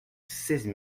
seize